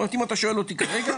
אם אתה שואל אותי כרגע.